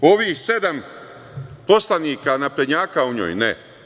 Ovih sedam poslanika, naprednjaka u njoj, ne.